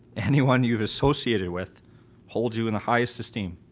anyone you've associated with holds you in the highest esteem,